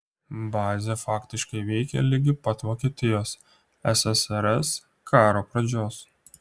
bazė faktiškai veikė ligi pat vokietijos ssrs karo pradžios